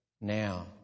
now